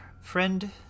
friend